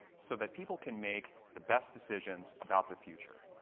so that people can make the best decisions about their future.